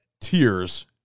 tears